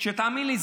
ותאמין לי,